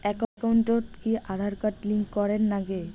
একাউন্টত কি Aadhaar card link করের নাগে?